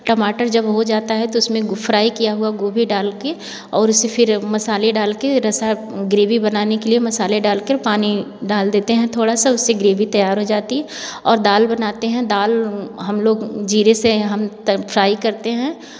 टमाटर जब हो जाता है तो उसमें फ्राई किया हुआ गोभी डालके और उसे फिर मसाले डालके रसा ग्रेवी बनाने के लिए मसाले डालके पानी डाल देते हैं थोड़ा सा उससे ग्रेवी तैयार हो जाती है और दाल बनाते हैं दाल हम लोग जीरे से हैं हम फ्राई करते हैं